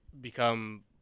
become